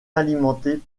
alimentée